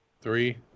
Three